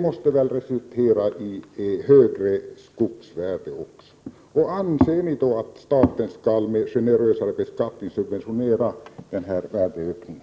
måste väl resultera i högre skogsvärden i anledning av att staten skall med generös beskattning subventionera den här värdeökningen.